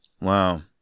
Wow